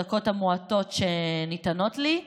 בדקות המועטות שניתנו לי,